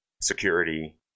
security